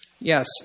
Yes